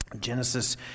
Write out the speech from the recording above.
Genesis